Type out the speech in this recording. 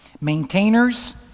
Maintainers